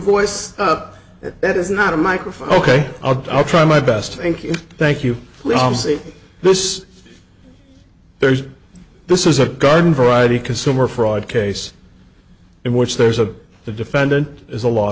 voice up that is not a microphone ok i'll try my best thank you thank you ramsey this there's this is a garden variety consumer fraud case in which there's a the defendant is a law